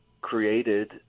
created